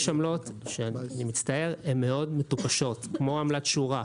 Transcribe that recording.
יש עמלות מאוד מטופשות, כמו עמלת שורה.